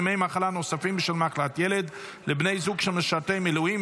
ימי מחלה נוספים בשל מחלת ילד לבני זוג של משרתי מילואים),